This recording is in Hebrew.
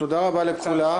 תודה רבה לכולם.